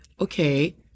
okay